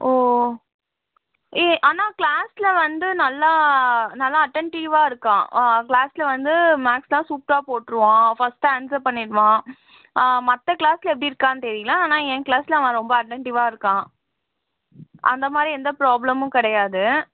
ஓ ஏ ஆனால் க்ளாஸில் வந்து நல்லா நல்லா அட்டண்ட்டீவ்வாக இருக்கான் க்ளாஸில் வந்து மேக்ஸ்லாம் சூப்பராக போட்டுருவான் ஃபஸ்ட்டு ஆன்ஸர் பண்ணிடுவான் மற்ற க்ளாஸில் எப்படி இருக்கான் தெரியல ஆனால் என் க்ளாஸில் அவன் ரொம்ப அட்டண்ட்டீவ்வாக இருக்கான் அந்த மாதிரி எந்த ப்ராப்ளமும் கிடையாது